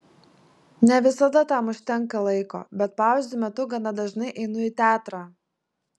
ne visada tam užtenka laiko bet pauzių metu gana dažnai einu į teatrą